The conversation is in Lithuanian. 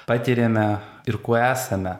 patiriame ir kuo esame